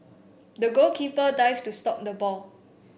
the goalkeeper dived to stop the ball